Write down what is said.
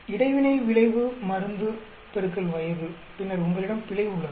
இடைவினை விளைவு மருந்து X வயது பின்னர் உங்களிடம் பிழை உள்ளது